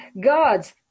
God's